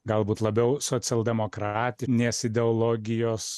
galbūt labiau socialdemokratinės ideologijos